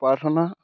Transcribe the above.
প্ৰাৰ্থনা